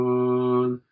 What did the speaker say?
one